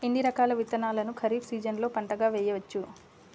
ఎన్ని రకాల విత్తనాలను ఖరీఫ్ సీజన్లో పంటగా వేయచ్చు?